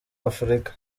afurika